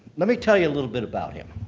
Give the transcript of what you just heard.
let me tell you a little bit about him.